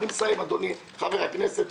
אני מסיים, אדוני היושב-ראש.